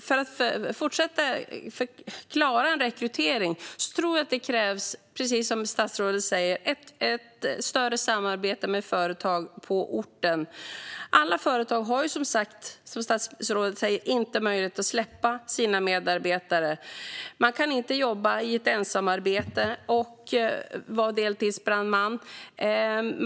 För att klara en rekrytering tror jag att det krävs, precis som statsrådet säger, ett större samarbete med företag på orten. Alla företag har inte möjlighet, som statsrådet säger, att släppa sina medarbetare. Man kan inte jobba i ett ensamarbete och vara deltidsbrandman.